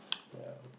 ya